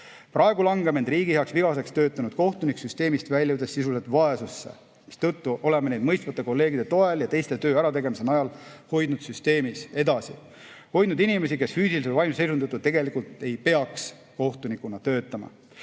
Praegu langeb end riigi heaks vigaseks töötanud kohtunik süsteemist väljudes sisuliselt vaesusse, mistõttu oleme neid mõistvate kolleegide toel ja teiste [poolt] töö ärategemise najal hoidnud süsteemis edasi, hoidnud inimesi, kes füüsilise või vaimse seisundi tõttu tegelikult ei peaks kohtunikuna töötama.